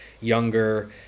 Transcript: Younger